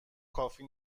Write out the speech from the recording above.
کافی